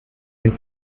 den